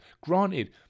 Granted